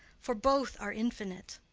for both are infinite.